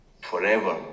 forever